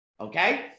Okay